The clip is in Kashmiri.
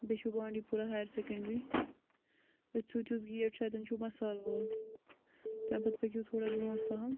بیٚیہِ چھُو بانٛڈی پورہ ہایر سیٚکَنڈرٛی أتھۍ سۭتۍ یُس گیٹ چھُ اَتیٚن چھُو مَصالہٕ وول تَمہِ پَتہٕ پٔکِو تھوڑا برٛونٛٹھ پَہَم